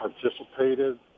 participated